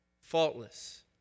faultless